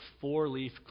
four-leaf